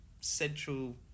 central